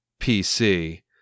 PC